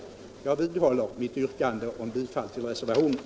Jag vidhåller mitt yrkande om bifall till reservationen.